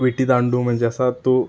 विटीदांडू म्हणजे असा तो